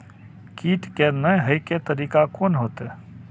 कीट के ने हे के तरीका कोन होते?